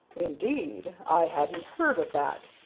indeed! i hadn't heard of that.